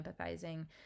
empathizing